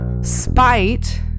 Spite